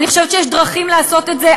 אני חושבת שיש דרכים לעשות את זה.